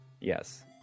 Yes